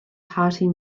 party